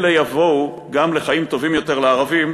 אלה יבואו, גם חיים טובים יותר לערבים,